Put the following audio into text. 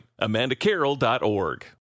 amandacarroll.org